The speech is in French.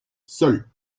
seul